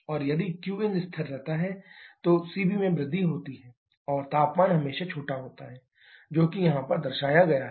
और यदि qin स्थिर रहता है तो Cv में वृद्धि होती है और तापमान हमेशा छोटा होता है जो कि यहाँ पर दर्शाया गया है